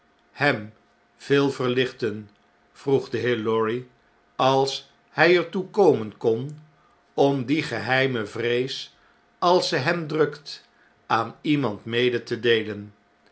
hem veel verlichten vroeg de heer lorry als hy er toe komen kon om die geheime vrees als ze hem drukt aan iemand mede te deelen